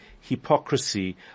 hypocrisy